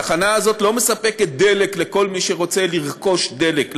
התחנה הזאת לא מספקת דלק לכל מי שרוצה לרכוש דלק,